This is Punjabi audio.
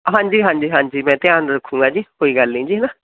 ਹਾਂਜੀ ਹਾਂਜੀ ਹਾਂਜੀ ਮੈਂ ਧਿਆਨ ਰਖੂੰਗਾ ਜੀ ਕੋਈ ਗੱਲ ਨਹੀਂ ਜੀ ਨਾ